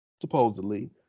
supposedly